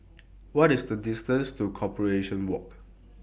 What IS The distance to Corporation Walk